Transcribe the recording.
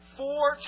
four